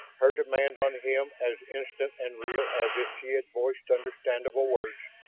her demand on him as instant and real as if she had voiced understandable words.